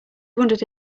wondered